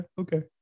okay